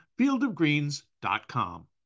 fieldofgreens.com